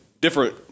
Different